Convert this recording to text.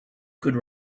could